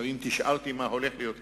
אם תשאל אותי מה הולך להיות בהמשך,